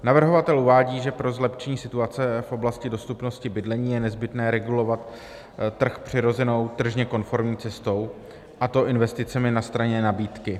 Navrhovatel uvádí, že pro zlepšení situace v oblasti dostupnosti bydlení je nezbytné regulovat trh přirozenou tržně konformní cestou, a to investicemi na straně nabídky.